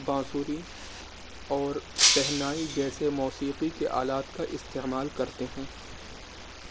بانسری اور شہنائی جیسے موسیقی کے آلات کا استعمال کرتے ہیں